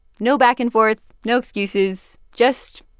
no back-and-forth, no excuses just,